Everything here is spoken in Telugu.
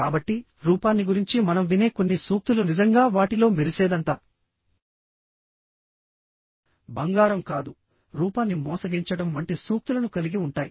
కాబట్టి రూపాన్ని గురించి మనం వినే కొన్ని సూక్తులు నిజంగా వాటిలో మెరిసేదంతా బంగారం కాదు రూపాన్ని మోసగించడం వంటి సూక్తులను కలిగి ఉంటాయి